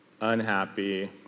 Unhappy